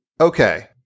Okay